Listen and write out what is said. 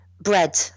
bread